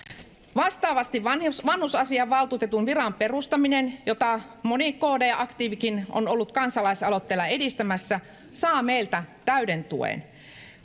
vastaavasti vanhusasiainvaltuutetun viran perustaminen jota moni kd aktiivikin on ollut kansalaisaloitteella edistämässä saa meiltä täyden tuen